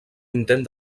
intent